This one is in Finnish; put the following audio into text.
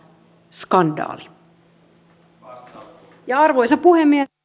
skandaali arvoisa puhemies